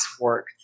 work